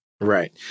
right